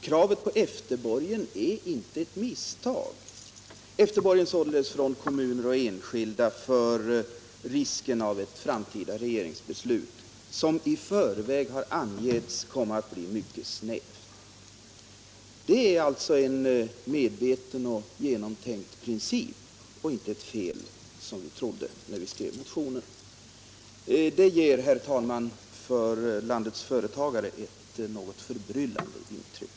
Kravet på efterborgen är inte ett misstag — efterborgen således från kommuner och enskilda för risken av ett framtida regeringsbeslut som i förväg har angivits komma att bli mycket snävt. 63 Detta är alltså en medveten och genomtänkt princip och inte ett fel, som vi trodde när vi skrev motionen. Det ger, herr talman, för landets företagare ett något förbryllande intryck.